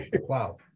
Wow